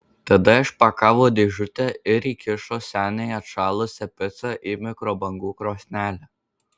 tada išpakavo dėžutę ir įkišo seniai atšalusią picą į mikrobangų krosnelę